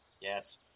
Yes